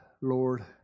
Lord